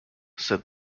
said